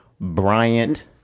Bryant